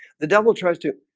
the devil tries to